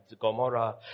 Gomorrah